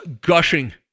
gushing